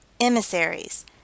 emissaries